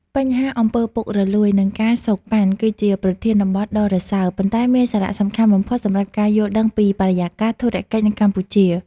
បញ្ហាអំពើពុករលួយ និងការសូកប៉ាន់ គឺជាប្រធានបទដ៏រសើប ប៉ុន្តែមានសារៈសំខាន់បំផុតសម្រាប់ការយល់ដឹងពីបរិយាកាសធុរកិច្ចនៅកម្ពុជា។